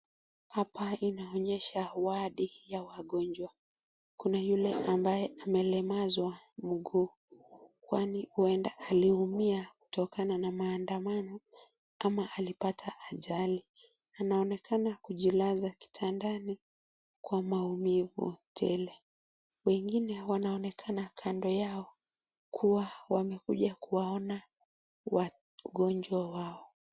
Hapa inaonyesha wadi ya wagonjwa kuna yule ambaye amelemazwa mguu kwani huenda aliumia kutokana na maandamano ama alipata ajali. Anaonekana kujilaza kitandani kwa maumivu tele wengine wanaonekana kando yao kuwa wamekuja kuwaona wagonjwa wao.